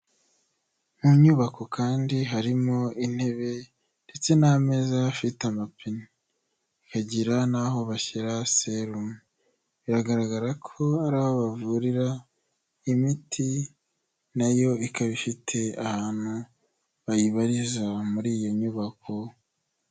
Mu nyubako kandi harimo intebe ndetse n'ameza afite amapine, bagira n'aho bashyira serumu, biragaragara ko ari aho bavurira, imiti nayo ikaba ifite ahantu bayibariza muri iyi nyubako.